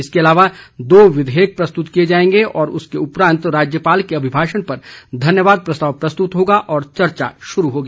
इसके अलावा दो विधेयक प्रस्तुत किये जाएंगे और उसके उपरांत राज्यपाल के अभिभाषण पर धन्यवाद प्रस्ताव व चर्चा शुरू होगी